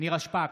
נירה שפק,